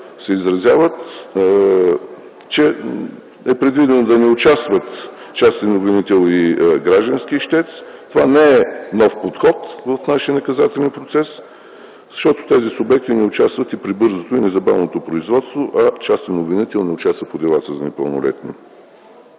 се изразяват в това, че е предвидено да не участват частен обвинител и граждански ищец. Това не е нов подход в нашия наказателен процес, защото тези субекти не участват и при бързото и незабавното производство, а частният обвинител не участва по делата за непълнолетни.